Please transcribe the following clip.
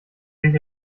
sich